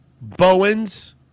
Bowens